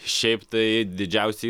šiaip tai didžiausią